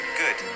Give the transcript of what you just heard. good